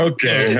Okay